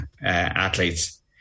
athletes